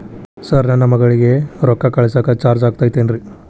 Sir ನನ್ನ ಮಗಳಗಿ ರೊಕ್ಕ ಕಳಿಸಾಕ್ ಚಾರ್ಜ್ ಆಗತೈತೇನ್ರಿ?